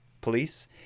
police